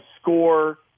score